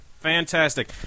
Fantastic